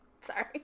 Sorry